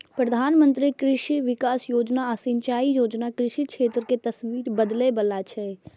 प्रधानमंत्री कृषि विकास योजना आ सिंचाई योजना कृषि क्षेत्र के तस्वीर बदलै बला छै